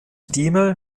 diemel